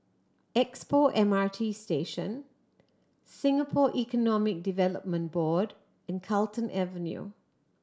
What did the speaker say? Expo M R T Station Singapore Economic Development Board and Carlton Avenue